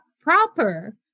proper